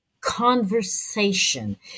conversation